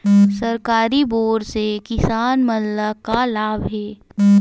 सरकारी बोर से किसान मन ला का लाभ हे?